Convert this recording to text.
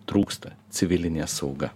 trūksta civilinė sauga